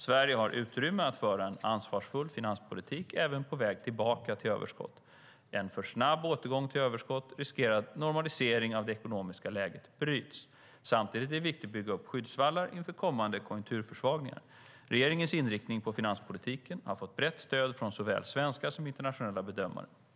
Sverige har utrymme att föra en ansvarsfull finanspolitik även på väg tillbaka till överskott. En för snabb återgång till överskott riskerar att normaliseringen av det ekonomiska läget bryts. Samtidigt är det viktigt att bygga upp skyddsvallar inför kommande konjunkturförsvagningar. Regeringens inriktning på finanspolitiken har fått brett stöd från såväl svenska som internationella bedömare.